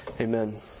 Amen